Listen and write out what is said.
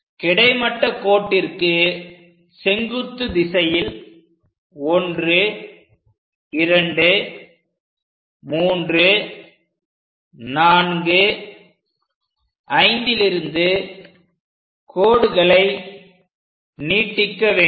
கிடைமட்ட கோட்டிற்கு செங்குத்து திசையில் 1 2 3 4 5லிருந்து கோடுகளை நீட்டிக்க வேண்டும்